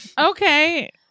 Okay